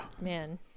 Man